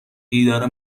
دیدار